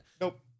Nope